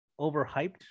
overhyped